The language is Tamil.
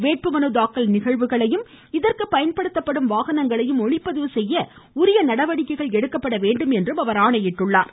வேட்புமனு தாக்கல் நிகழ்வுகளையும் இதற்கு பயன்படுத்தப்படும் வாகனங்களையும் ஒளிப்பதிவு செய்ய உரிய நடவடிக்கைகள் எடுக்கப்பட வேண்டும் என்றும் அவர் அறிவுறுத்தினார்